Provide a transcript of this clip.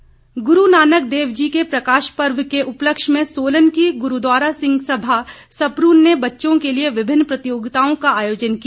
प्रकाश पर्व गुरू नानक देव जी के प्रकाश पर्व के उपलक्ष्य में सोलन की गुरूद्वारा सिंह सभा सपरून ने बच्चों के लिए विभिन्न प्रतियोगिताओं का आयोजन किया